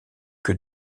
que